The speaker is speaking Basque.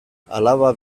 alaba